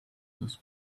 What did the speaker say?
this